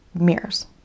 mirrors